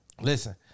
Listen